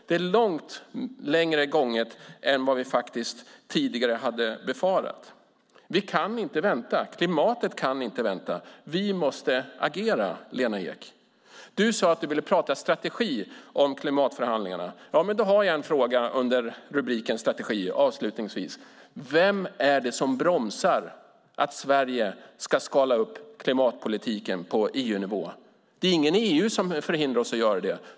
Det är längre gånget än vad vi tidigare befarat. Vi kan inte vänta. Klimatet kan inte vänta. Vi måste agera, Lena Ek! Du sade att du ville prata strategi i klimatförhandlingarna. Då har jag en fråga under rubriken "Strategi". Vem är det som bromsar att Sverige ska skala upp klimatpolitiken på EU-nivå? Det är ingen i EU som hindrar oss.